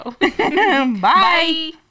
Bye